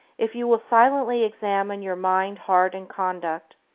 if you will silently examine your mind, heart, and conduct.